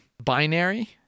binary